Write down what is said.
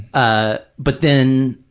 ah but then,